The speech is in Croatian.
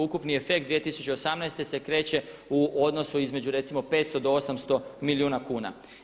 Ukupni efekt 2018. se kreće u odnosu između recimo 500 do 800 milijuna kuna.